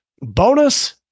Bonus